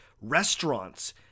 restaurants